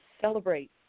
celebrate